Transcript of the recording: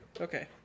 Okay